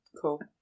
cool